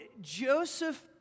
Joseph